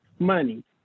money